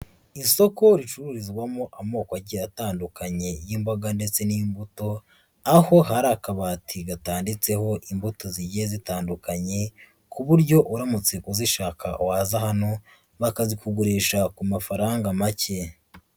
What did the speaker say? Isoko ricururizwamo amoko agiye atandukanye y'imboga ndetse n'imbuto, aho hari akabati gatanditseho imbuto zigiye zitandukanye, ku buryo uramutse uzishaka waza hano bakazikugurisha ku mafaranga make.